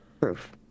proof